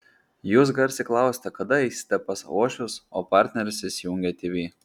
jūs garsiai klausiate kada eisite pas uošvius o partneris įsijungia tv